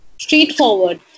straightforward